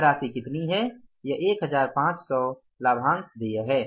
यह राशि कितनी है यह १५०० लाभांश देय है